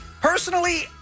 Personally